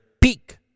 peak